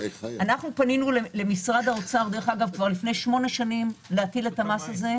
אנחנו פנינו למשרד האוצר כבר לפני שמונה שנים בבקשה להטיל את המס הזה,